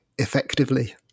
Effectively